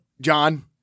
John